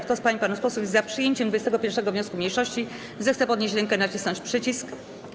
Kto z pań i panów posłów jest za przyjęciem 21. wniosku mniejszości, zechce podnieść rękę i nacisnąć przycisk.